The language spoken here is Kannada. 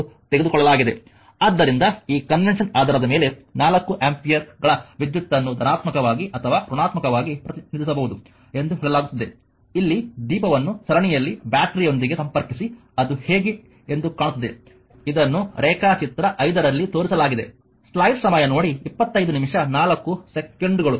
ಆದ್ದರಿಂದ ಈ ಕನ್ವೆನ್ಷನ್ ಆಧಾರದ ಮೇಲೆ 4 ಆಂಪಿಯರ್ಗಳ ವಿದ್ಯುತನ್ನು ಧನಾತ್ಮಕವಾಗಿ ಅಥವಾ ಋಣಾತ್ಮಕವಾಗಿ ಪ್ರತಿನಿಧಿಸಬಹುದು ಎಂದು ಹೇಳಲಾಗುತ್ತದೆ ಅಲ್ಲಿ ದೀಪವನ್ನು ಸರಣಿಯಲ್ಲಿ ಬ್ಯಾಟರಿಯೊಂದಿಗೆ ಸಂಪರ್ಕಿಸಿ ಅದು ಹೇಗೆ ಎಂದು ಕಾಣುತ್ತದೆ ಇದನ್ನು ರೇಖಾಚಿತ್ರ 5 ರಲ್ಲಿ ತೋರಿಸಲಾಗಿದೆ